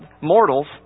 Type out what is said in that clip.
mortals